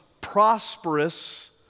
prosperous